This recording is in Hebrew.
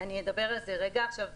בין-עירוני.